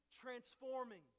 transforming